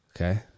Okay